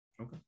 Okay